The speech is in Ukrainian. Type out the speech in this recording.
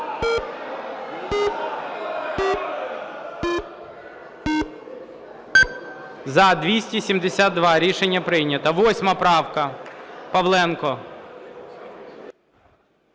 За-272 Рішення прийнято. 8 правка, Павленко.